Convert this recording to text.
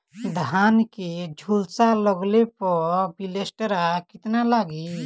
धान के झुलसा लगले पर विलेस्टरा कितना लागी?